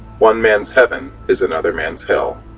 one man's heaven, is another man's hell.